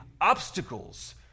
obstacles